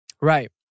Right